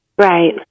Right